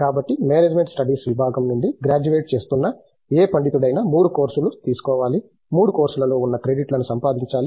కాబట్టి management studies విభాగం నుండి గ్రాడ్యుయేట్ చేస్తున్న ఏ పండితుడు అయినా మూడు కోర్సులు తీసుకోవాలి మూడు కోర్సులలో ఉన్న క్రెడిట్లను సంపాదించాలి